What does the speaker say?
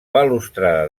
balustrada